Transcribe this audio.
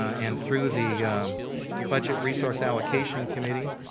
and through the budget resource allocation committee,